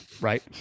right